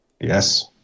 Yes